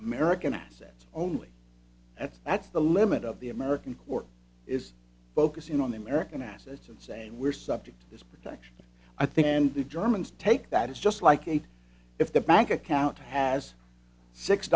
american assets only and that's the limit of the american court is focusing on the american assets and saying we're subject this protection i think and the germans take that is just like a if the bank account has six